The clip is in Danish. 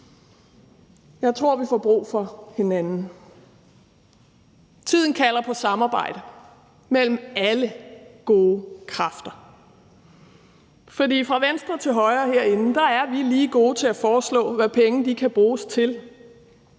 Jeg tror, vi får brug for hinanden. Tiden kalder på samarbejde mellem alle gode kræfter, for fra venstre til højre herinde er vi lige gode til at foreslå, hvad penge kan bruges til.